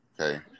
Okay